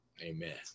Amen